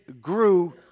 grew